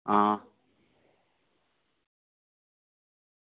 हां